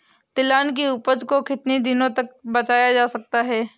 तिलहन की उपज को कितनी दिनों तक बचाया जा सकता है?